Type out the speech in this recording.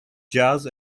jazz